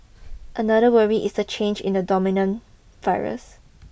another worry is the change in the dominant virus